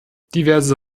diverse